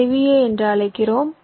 அதை Vi என்று அழைக்கிறேன்